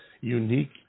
unique